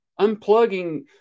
Unplugging